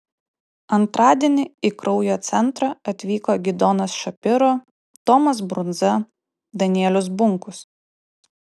antradienį į kraujo centrą atvyko gidonas šapiro tomas brundza danielius bunkus